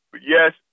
Yes